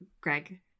Greg